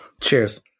cheers